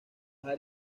áreas